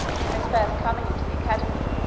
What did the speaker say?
from his first coming into the academy,